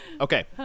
Okay